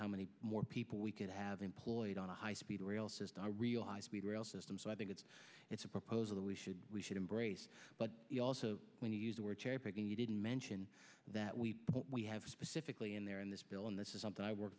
how many more people we could have employed on a high speed rail system i realize we'd rail system so i think it's it's a proposal that we should we should embrace but also when you use the word you didn't mention that we we have specifically in there in this bill and this is something i work